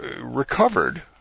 recovered